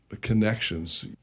connections